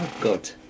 Good